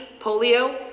Polio